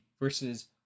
versus